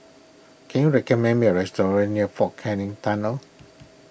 can you recommend me a restaurant near fort Canning Tunnel